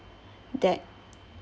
that